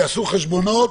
יעשו חשבונות,